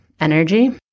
energy